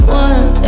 one